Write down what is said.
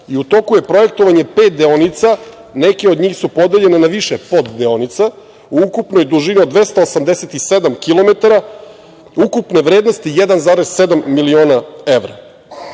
U toku je projektovanje pet deonica, neke od njih su podeljene na više poddeonica u ukupnoj dužini od 287 km, ukupne vrednosti 1,7 miliona